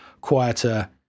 quieter